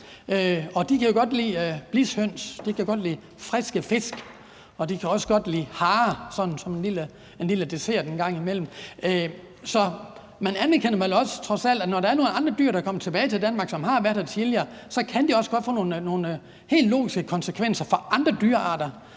de kan også godt lide hare som sådan en lille dessert en gang imellem. Så man anerkender vel også trods alt, at når der er nogle andre dyr, der er kommet tilbage til Danmark, og som har været her tidligere, så kan det også få nogle helt logiske konsekvenser for andre dyrearter,